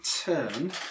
turn